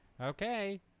okay